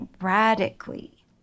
radically